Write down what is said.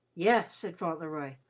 yes, said fauntleroy,